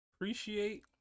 Appreciate